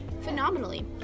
Phenomenally